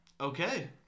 Okay